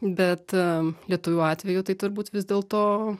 bet lietuvių atveju tai turbūt vis dėlto